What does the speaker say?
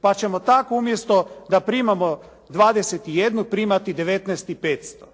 Pa ćemo tak umjesto da primamo 21 primati 19 i 500.